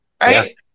right